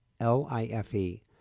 L-I-F-E